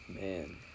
Man